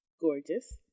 gorgeous